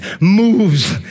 moves